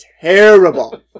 terrible